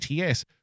ATS